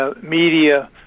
media